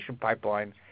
pipeline